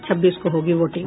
छब्बीस को होगी वोटिंग